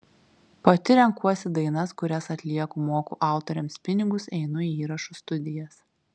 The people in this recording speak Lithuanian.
pati renkuosi dainas kurias atlieku moku autoriams pinigus einu į įrašų studijas